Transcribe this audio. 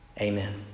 amen